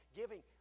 giving